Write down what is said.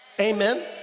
Amen